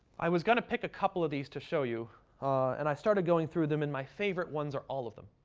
i was going to pick a couple of these to show you and i started going through them and my favorite ones are all of them.